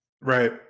right